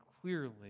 clearly